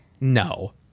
No